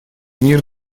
мир